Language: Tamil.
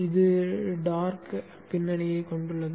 இது இருண்ட பின்னணியைக் கொண்டுள்ளது